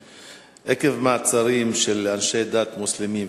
עקב מעצרים של אנשי דת מוסלמים וחקירותיהם.